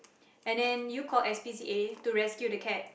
and then you called s_p_c_a to rescue the cat